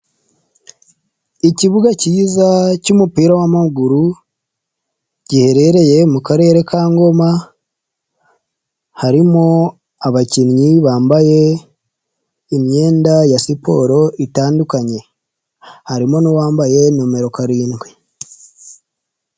Ikibuga cyiza cy'umupira w'amaguru giherereye mu Mukarere ka Ngoma, harimo abakinnyi bambaye imyenda ya siporo itandukanye, harimo n'uwambaye nimero karindwi.